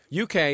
UK